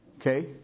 Okay